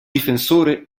difensore